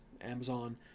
Amazon